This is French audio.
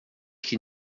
qu’il